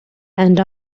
and